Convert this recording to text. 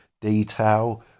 detail